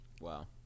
Wow